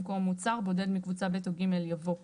במקום "מוצר בודד מקבוצה ב' או ג' יבוא "פריט".